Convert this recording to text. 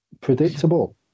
predictable